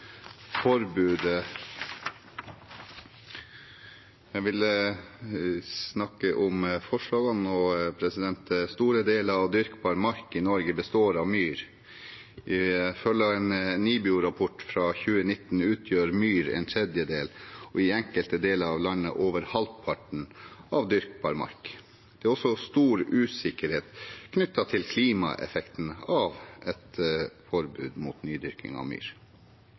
forbudet. Jeg vil snakke om forslagene. Store deler av dyrkbar mark i Norge består av myr. Ifølge en NIBIO-rapport fra 2019 utgjør myr en tredjedel, og i enkelte deler av landet over halvparten, av dyrkbar mark. Det er også stor usikkerhet knyttet til klimaeffekten av et forbud mot nydyrking av myr.